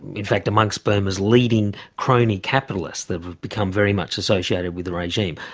in fact, amongst burma's leading crony capitalists that have become very much associated with the regime,